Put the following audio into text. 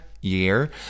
year